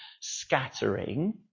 Scattering